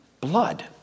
blood